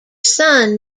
son